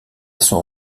son